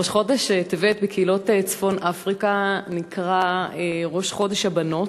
ראש חודש טבת בקהילות צפון-אפריקה נקרא ראש חודש הבנות.